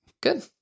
Good